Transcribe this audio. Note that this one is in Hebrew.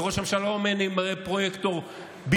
וראש הממשלה לא אומר: אני אמנה פרויקטור במקום,